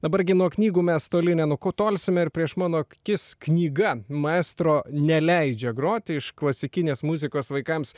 dabar gi nuo knygų mes toli nenutolsime ir prieš mano akis knyga maestro neleidžia groti iš klasikinės muzikos vaikams